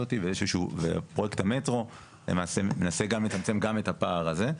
הזאת ופרויקט המטרו למעשה מנסה גם לצמצם את הפער הזה.